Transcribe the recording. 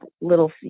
little